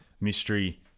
mystery